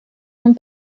non